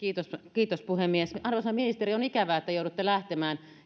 kiitos puhemies arvoisa ministeri on ikävää että te joudutte lähtemään